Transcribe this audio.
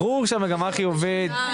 ברור שהמגמה חיובית.